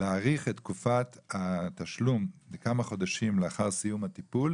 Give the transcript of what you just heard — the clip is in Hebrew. להאריך את תקופת התשלום בכמה חודשים לאחר סיום הטיפול,